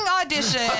audition